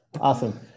Awesome